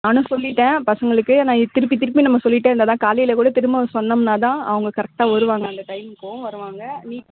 நானும் சொல்லிவிட்டேன் பசங்களுக்கு நான் திருப்பி திருப்பி நம்ம சொல்லிகிட்டே இருந்தால்தான் காலையில் கூட திரும்பவும் சொன்னோம்னாதான் அவங்க கரெக்டாக வருவாங்க அந்த டைமுக்கும் வருவாங்க நீ